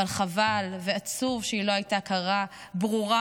אבל חבל ועצוב שהיא לא הייתה הכרה ברורה